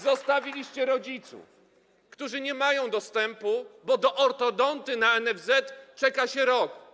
Zostawiliście rodziców, którzy nie mają dostępu do ortodonty na NFZ, bo czeka się rok.